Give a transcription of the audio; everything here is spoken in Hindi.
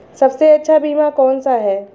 सबसे अच्छा बीमा कौनसा है?